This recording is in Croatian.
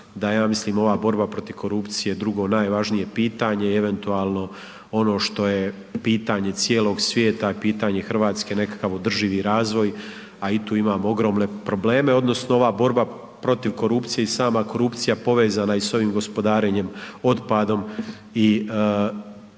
da ja mislim ova borba protiv korupcije drugo najvažnije pitanje i eventualno ono što je pitanje cijelog svijeta, je pitanje Hrvatske nekakav održivi razvoj, a i tu imamo ogromne probleme odnosno ova borba protiv korupcije i sama korupcija povezana je i s ovim gospodarenjem otpadom i tim